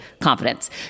confidence